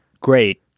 great